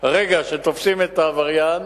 הרגע שתופסים את העבריין